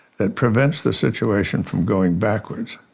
that prevents the situation from going backwards,